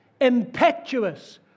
impetuous